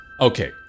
Okay